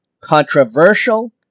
controversial